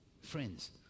friends